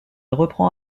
reprend